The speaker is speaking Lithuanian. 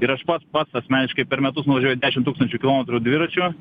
ir aš pats pats asmeniškai per metus nuvažiuoju dešim tūkstančių kilometrų dviračiu